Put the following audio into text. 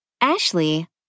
Ashley